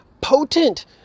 Potent